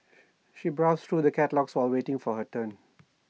she browsed through the catalogues while waiting for her turn